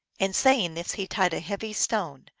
and saying this, he tied a heavy stone,